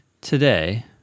today